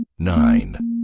nine